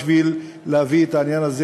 בשביל להביא את העניין הזה